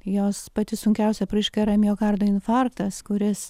jos pati sunkiausia apraiška yra miokardo infarktas kuris